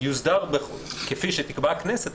יוסדר כפי שתקבע הכנסת,